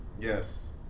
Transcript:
Yes